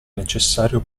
necessario